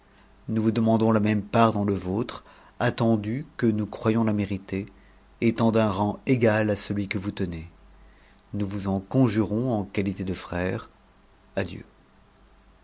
nous vous demandons la même part dans la vôtre attendu que nous croyons la ménter étant du rang égal à celui que vous tenez nous vous en con jurons en qualité de frère adieu